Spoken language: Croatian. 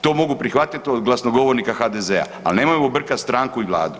To mogu prihvatiti od glasnogovornika HDZ-a, ali nemojmo brkat stranku i Vladu.